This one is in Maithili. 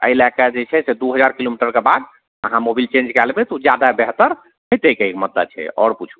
अइ लए कऽ जे छै से दू हजार किलोमीटरके बाद अहाँ मोबाइल चेंज कए लेबय तऽ ओ जादा बेहतर हेतय कहयके मतलब छै आओर पुछू